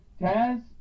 Taz